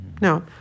No